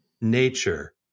nature